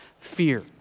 fear